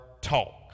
talk